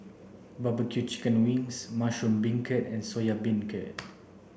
barbecue chicken wings mushroom beancurd and soya beancurd